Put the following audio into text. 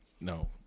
No